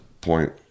point